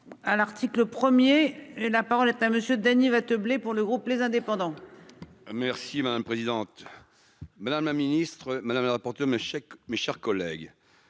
À l'article 1er, la parole est à monsieur Daniel va te blé pour le groupe les indépendants. Merci madame présidente. Madame la ministre madame le rapporteur mes chèques, mes chers collègues.